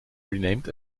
renamed